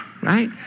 right